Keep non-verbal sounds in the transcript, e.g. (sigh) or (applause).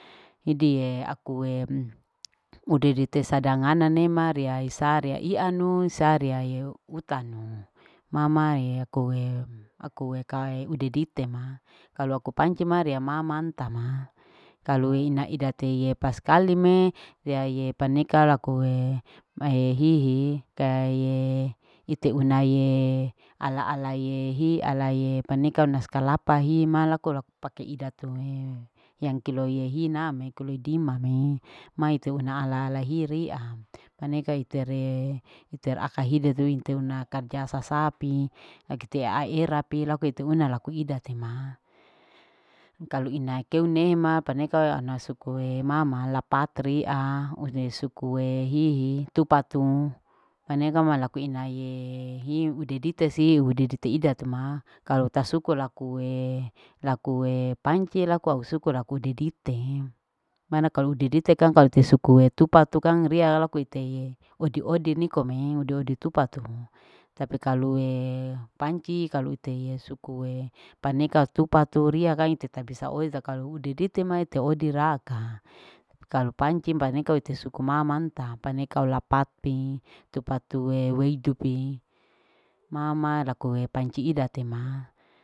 Hidie akue (noise) ude dite sadangana nema riya isaa riya ianu, isa riyai utanu, mama e akue aku ekawe udedite ma, kalu aku panci ma riya ma manta ma, kalu ina ida teye paskali me riya iye paneka lakue mahe hihi kaie ite unaie ala alaie hi alaie paneka nasi kalapa hi ma laku laku pake ida tu hee. Yang kilo yehi nam ma kilo dima me, mai teuna una ala hei hiri (hesitation) paneka itere, iter akai hidi dui ite una karja sasapi lagi te aiera pi laku ite una laku ida te ma kalu ina keu ne ma paneka ana sukue mama la patri (hesitation) une sukue hihi tupatu paneka ma laku ina ye hiu ude dite siu ude dite ida tu ma, kalu tasuku lakue lakue panci laku au suku laku didite, mana kalu ude dite kang kalu tesuku'ee tupatu kang riya laku iteye odi odi nikome odi odi tupatu, tapi kalue panci kalu iteye sukue paneka tupatu riya kai ite tabisa (hesitation) kalu udidite ma teodi raka, kalu panci paneka ite suku ma manta, paneka au lapa pi, tupatue wei weidu pi, mama lakue panci ida tema.